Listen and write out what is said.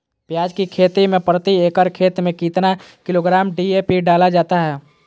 प्याज की खेती में प्रति एकड़ खेत में कितना किलोग्राम डी.ए.पी डाला जाता है?